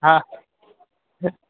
હા